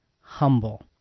humble